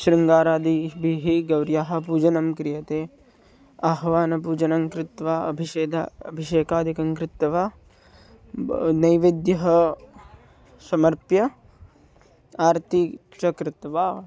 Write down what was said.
शृङ्गारादीभिः गौर्याः पूजनं क्रियते आह्वानपूजनं कृत्वा अभिषेकं अभिषेकादिकं कृत्वा नैवेद्यः समर्प्य आरती च कृत्वा